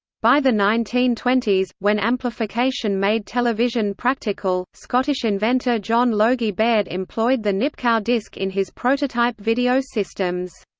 by the nineteen twenty s, when amplification made television practical, scottish inventor john logie baird employed the nipkow disk in his prototype video systems.